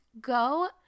go